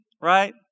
right